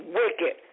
wicked